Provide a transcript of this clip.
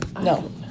No